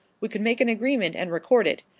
we could make an agreement and record it.